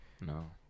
No